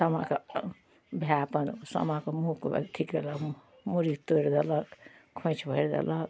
सामाके भाइ अपन सामाके मुँहके अथी कएलक मूड़ी तोड़ि देलक खोँइछ भरि देलक